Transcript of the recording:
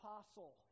apostle